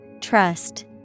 Trust